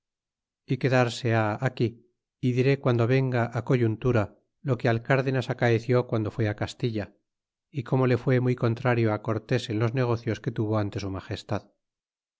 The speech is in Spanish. y quedarse ha aquí y diré guando venga coyuntura lo que al crdenas acaeció guando fue castilla y como le fue muy contrario cortés en los negocios que tuvo ute su magestad